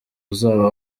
uzaba